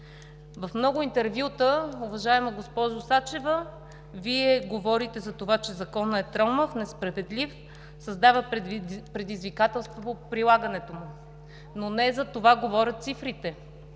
В много интервюта, уважаема госпожо Сачева, Вие говорите, че Законът е тромав, несправедлив, създава предизвикателство в прилагането му, но не за това говорят цифрите.